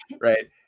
Right